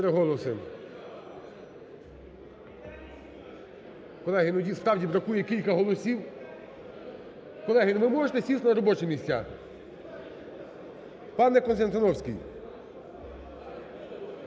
Колеги, ну, справді, бракує кілька голосів. Колеги, ви можете сісти на робочі місця? Пане Константіновський!